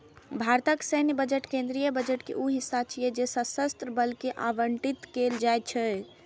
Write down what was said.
भारतक सैन्य बजट केंद्रीय बजट के ऊ हिस्सा छियै जे सशस्त्र बल कें आवंटित कैल जाइ छै